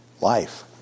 Life